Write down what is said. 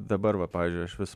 dabar va pavyzdžiui aš vis